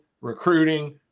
recruiting